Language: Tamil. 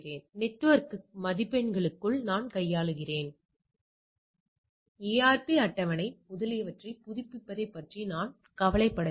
எனவே இங்கே நாம் சொல்கிறோம் எனில் பெறப்பட்டவை எதிர்பார்க்கப்பட்டவை அது இன்மை கருதுகோள்